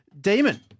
Demon